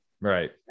right